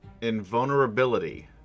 invulnerability